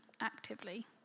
actively